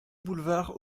boulevard